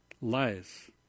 Lies